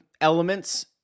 elements